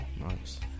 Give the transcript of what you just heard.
Nice